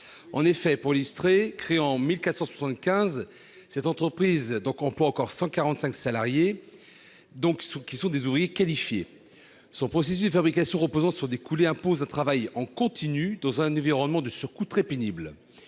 en Haute-Saône. Créée en 1475, cette entreprise emploie encore 145 salariés, qui sont des ouvriers qualifiés. Son processus de fabrication, reposant sur des coulées, impose un travail en continu dans un environnement très pénible,